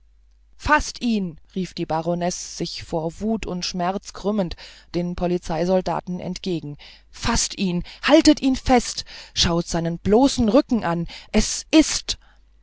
faßt ihn rief die baronesse sich vor wut und schmerz krümmend den polizeisoldaten entgegen faßt ihn haltet ihn fest schaut seinen bloßen rücken an es ist